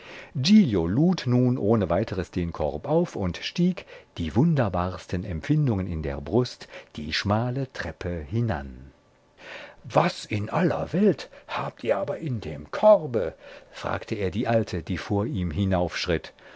lud nun ohne weiteres den korb auf und stieg die wunderbarsten empfindungen in der brust die schmale treppe hinan was in aller welt habt ihr aber in dem korbe fragte er die alte die vor ihm